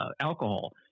alcohol